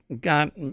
got